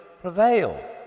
prevail